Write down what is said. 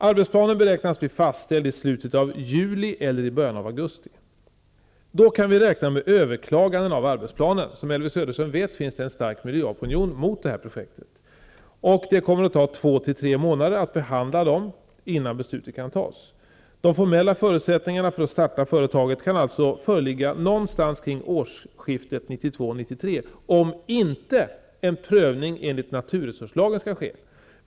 Arbetsplanen beräknas bli fastställd i slutet av juli eller i början av augusti. Då kan vi räkna med överklaganden av arbetsplanen. Som Elvy Söderström vet finns en stark miljöopinion mot detta projekt. Det kommer att ta 2--3 månader att behandla dem innan beslut kan fattas. De formella förutsättningarna för att starta arbetet kan alltså föreligga någonstans vid årsskiftet 1992/93, om inte en prövning enligt naturresurslagen skall göras.